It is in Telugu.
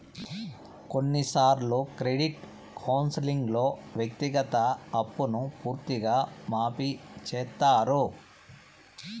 కొన్నిసార్లు క్రెడిట్ కౌన్సిలింగ్లో వ్యక్తిగత అప్పును పూర్తిగా మాఫీ చేత్తారు